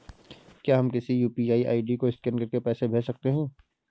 क्या हम किसी यू.पी.आई आई.डी को स्कैन करके पैसे भेज सकते हैं?